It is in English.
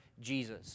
Jesus